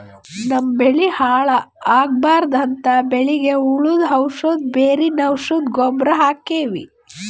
ನಮ್ಮ್ ಬೆಳಿ ಹಾಳ್ ಆಗ್ಬಾರ್ದು ಅಂತ್ ಬೆಳಿಗ್ ಹುಳ್ದು ಔಷಧ್, ಬೇರಿನ್ ಔಷಧ್, ಗೊಬ್ಬರ್ ಹಾಕ್ತಿವಿ